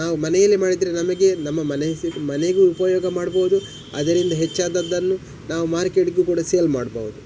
ನಾವು ಮನೆಯಲ್ಲೆ ಮಾಡಿದರೆ ನಮಗೆ ನಮ್ಮ ಮನೆಸಿ ಮನೆಗೂ ಉಪಯೋಗ ಮಾಡ್ಬೋದು ಅದರಿಂದ ಹೆಚ್ಚಾದದ್ದನ್ನು ನಾವು ಮಾರ್ಕೆಟಿಗು ಕೂಡ ಸೇಲ್ ಮಾಡ್ಬೋದು